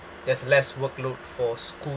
there's less workload for school